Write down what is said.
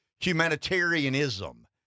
humanitarianism